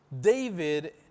David